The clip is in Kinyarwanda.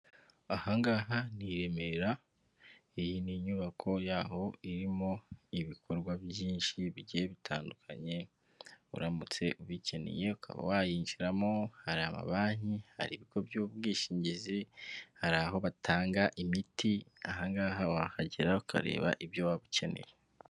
Ahangaha ni i Remera, iyi ni inyubako yaho irimo ibikorwa byinshi bigiye bitandukanye, uramutse ubikeneye ukaba wayinjiramo hari amabanki hari ibigo by'ubwishingizi hari aho batanga imiti, ahangaha wahagera ukareba ibyo waba ukeneye.